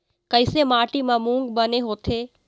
कइसे माटी म मूंग बने होथे?